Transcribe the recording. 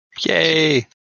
Yay